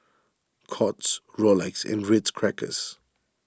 Courts Rolex and Ritz Crackers